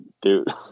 Dude